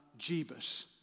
Jebus